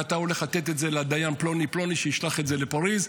ואתה הולך לתת את זה לדיין פלוני פלוני שישלח את זה לפריז.